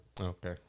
Okay